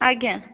ଆଜ୍ଞା